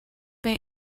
may